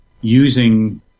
using